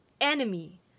enemy